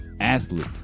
athlete